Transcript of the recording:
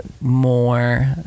more